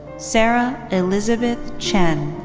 sarah elizabeth chen.